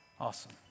Awesome